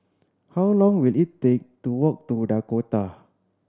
how long will it take to walk to Dakota